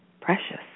precious